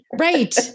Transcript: right